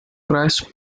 christ